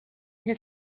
his